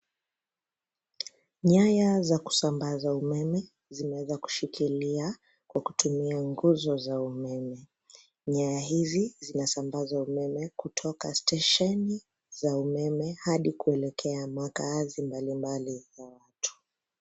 Nyaya za kusambaza umeme zimeweza kushikilia kwa kutumia nguzo za umeme. Nyaya hizi zinasambaza umeme kutoka stesheni za umeme hadi kuelekea makaazi mbali mbali ya watu.